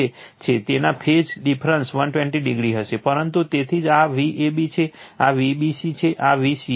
તેમના phase difference 120o હશે પરંતુ તેથી જ આ Vab છે આ Vbc છે આ Vca છે